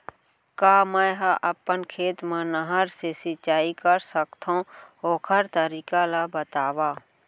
का मै ह अपन खेत मा नहर से सिंचाई कर सकथो, ओखर तरीका ला बतावव?